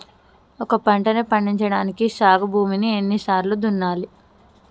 ఒక పంటని పండించడానికి సాగు భూమిని ఎన్ని సార్లు దున్నాలి?